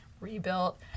rebuilt